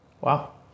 Wow